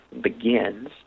begins